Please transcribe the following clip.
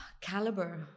caliber